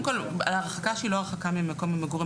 ההרחקה שהיא לא הרחקה ממקום המגורים,